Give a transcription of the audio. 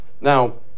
Now